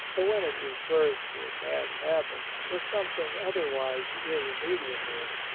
or when it refers to a bad habit or something otherwise irremediable,